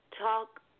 talk